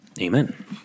Amen